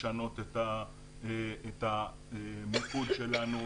לשנות את המיקוד שלנו,